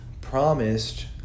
Promised